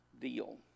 deal